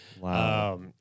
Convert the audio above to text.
Wow